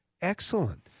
Excellent